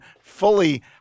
fully